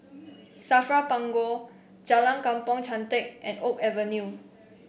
Safra Punggol Jalan Kampong Chantek and Oak Avenue